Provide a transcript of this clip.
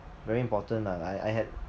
very important lah I I had